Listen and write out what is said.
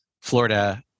Florida